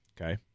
Okay